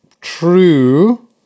True